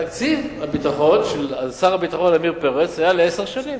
תקציב הביטחון של שר הביטחון עמיר פרץ היה לעשר שנים.